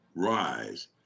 rise